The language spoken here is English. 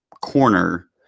corner